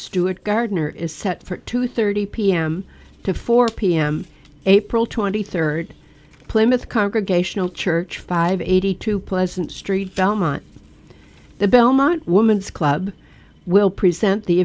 stewart gardner is set for two thirty pm to four pm april twenty third playing with congregational church five eighty two pleasant street thelma the belmont woman's club will present the